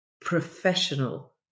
professional